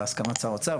בהסכמת שר אוצר,